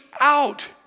out